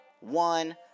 one